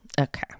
okay